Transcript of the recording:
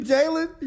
Jalen